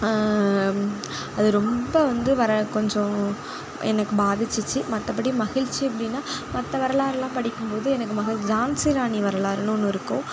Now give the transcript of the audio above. அது ரொம்ப வந்து வர கொஞ்சம் எனக்கு பாதிச்சிச்சு மற்றபடி மகிழ்ச்சி அப்படினா மற்ற வரலாறுல்லாம் படிக்கும் போது எனக்கு ஜான்சி ராணி வரலாறுனு ஒன்று இருக்கும்